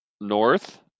north